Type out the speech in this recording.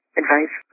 advice